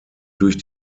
durch